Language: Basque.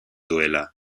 duela